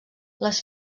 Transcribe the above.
les